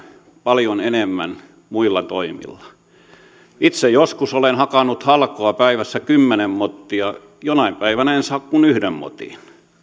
paljon enemmän muilla toimilla pystytään lisäämään tuottavuutta itse joskus olen hakannut halkoja päivässä kymmenen mottia jonain päivänä en saa kuin yhden motin